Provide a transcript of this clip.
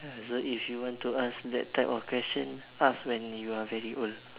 so if you want to ask that type of question ask when you are very old